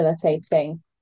facilitating